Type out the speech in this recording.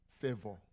Favor